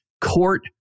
court